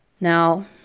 Now